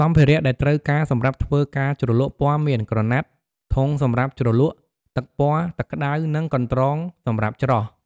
សម្ភារៈដែលត្រូវការសម្រាប់ធ្វើការជ្រលក់ពណ៌មាន ក្រណាត់ ធុងសម្រាប់ជ្រលក់ ទឹកពណ៌ ទឹកក្ដៅ និង កន្រង់សម្រាប់ច្រោះ។